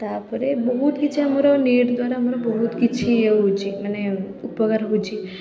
ତା'ପରେ ବହୁତ କିଛି ଆମର ନେଟ୍ ଦ୍ୱାରା ଆମର ବହୁତ କିଛି ଇଏ ହେଉଛି ମାନେ ଉପକାର ହେଉଛି